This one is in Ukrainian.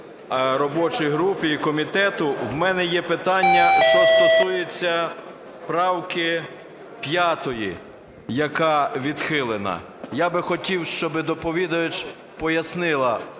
робочій групі і комітету. У мене є питання, що стосується правки 5-ї, яка відхилена. Я би хотів, щоб доповідач пояснила.